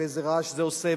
ואיזה רעש זה עושה,